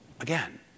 again